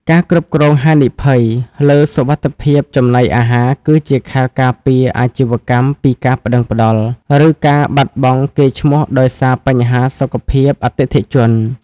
ការគ្រប់គ្រងហានិភ័យ លើសុវត្ថិភាពចំណីអាហារ គឺជាខែលការពារអាជីវកម្មពីការប្ដឹងផ្ដល់ ឬការបាត់បង់កេរ្តិ៍ឈ្មោះដោយសារបញ្ហាសុខភាពអតិថិជន។